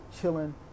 chilling